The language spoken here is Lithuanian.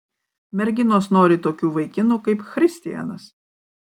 merginos nori tokių vaikinų kaip christijanas